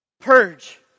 Purge